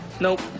Nope